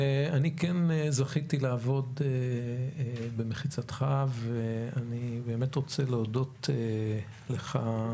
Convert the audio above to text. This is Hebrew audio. אני כן זכיתי לעבוד במחיצתך ואני רוצה להודות לך,